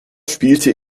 spielte